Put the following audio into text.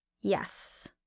Yes